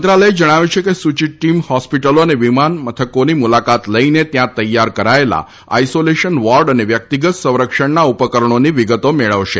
મંત્રાલયે જણાવ્યું છે કે સુચિત ટીમ હોસ્પિટલો અને વિમાન મંથકોની મુલાકાત લઇને ત્યાં તૈયાર કરાયેલા આઇસોલેશન વોર્ડ અને વ્યકિતગત સંરક્ષણના ઉપકરણોની વિગતો મેળવશે